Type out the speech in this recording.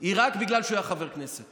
היא רק בגלל שהוא היה חבר כנסת.